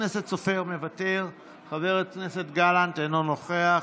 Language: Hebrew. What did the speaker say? מוותר, חבר הכנסת גלנט, אינו נוכח,